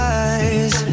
eyes